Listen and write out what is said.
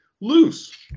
loose